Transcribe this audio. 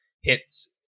hits